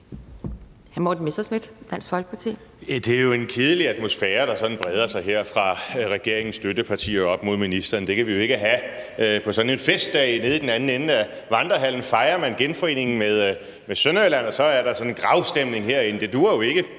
Det er jo en kedelig atmosfære, der sådan breder sig her fra regeringens støttepartier og op mod ministeren. Det kan vi jo ikke have på sådan en festdag. Nede i den anden del af Vandrehallen fejrer man genforeningen med Sønderjylland, og så er der sådan en gravstemning herinde. Det duer jo ikke,